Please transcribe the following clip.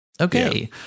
Okay